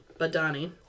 Badani